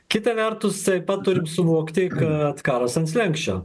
kita vertus taip pat turime suvokti kad karas ant slenksčio